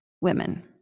women